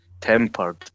tempered